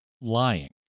lying